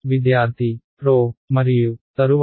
విద్యార్థి ρ మరియు తరువాత